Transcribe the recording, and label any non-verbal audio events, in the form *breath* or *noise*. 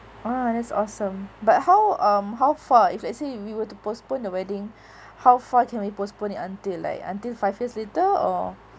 ah that's awesome but how um how far if let's say we were to postpone the wedding *breath* how far can we postpone it until like until five years later or